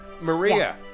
Maria